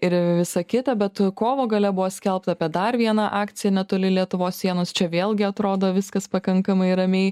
ir visa kita bet kovo gale buvo skelbta apie dar vieną akciją netoli lietuvos sienos čia vėlgi atrodo viskas pakankamai ramiai